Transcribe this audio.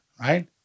right